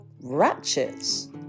ratchets